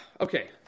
okay